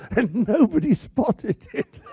and nobody spotted it.